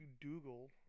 Dougal